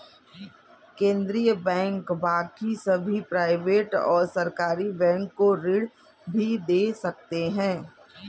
केन्द्रीय बैंक बाकी सभी प्राइवेट और सरकारी बैंक को ऋण भी दे सकते हैं